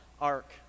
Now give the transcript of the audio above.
Ark